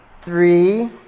Three